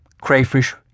crayfish